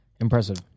Impressive